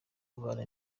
ubara